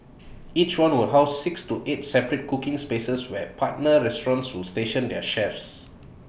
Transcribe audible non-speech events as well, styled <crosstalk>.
<noise> each one will house six to eight separate cooking spaces where partner restaurants will station their chefs